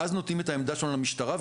ואז נותנים את העמדה שלנו למשטרה.